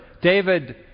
David